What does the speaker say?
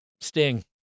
Sting